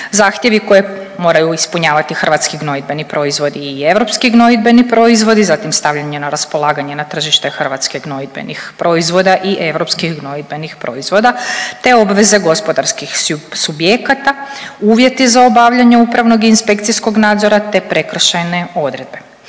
Zahtjevi koje moraju ispunjavati hrvatski gnojidbeni proizvodi i europski gnojidbeni proizvodi, zatim stavljanje na raspolaganje na tržište Hrvatske gnojidbenih proizvoda i europskih gnojidbenih proizvoda te obveze gospodarskih subjekata, uvjeti za obavljanje upravnog i inspekcijskog nadzora te prekršajne odredbe.